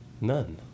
none